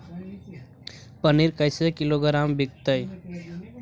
पनिर कैसे किलोग्राम विकतै?